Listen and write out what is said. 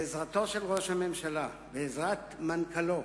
בעזרתו של ראש הממשלה, בעזרת מנכ"לו